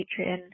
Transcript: Patreon